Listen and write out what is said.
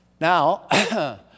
Now